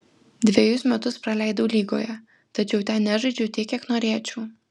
dvejus metus praleidau lygoje tačiau ten nežaidžiau tiek kiek norėčiau